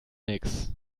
nix